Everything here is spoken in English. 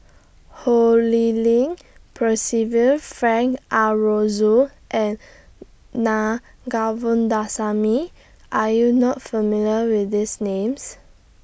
Ho Lee Ling Percival Frank Aroozoo and Naa Govindasamy Are YOU not familiar with These Names